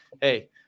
hey